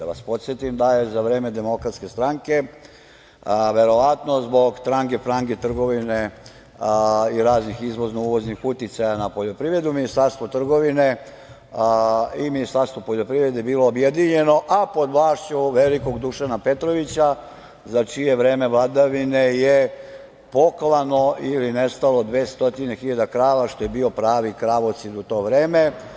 Da vas podsetim da je za vreme Demokratske stranke, verovatno zbog trange-frange trgovine i raznih izvozno-uvoznih uticaja na poljoprivredu, Ministarstvo trgovine i Ministarstvo poljoprivrede bilo objedinjeno, a pod vlašću velikog Dušana Petrovića, za čije vreme vladavine je poklano ili nestalo 200 hiljada krava, što je bio pravi kravocid u to vreme.